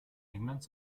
englands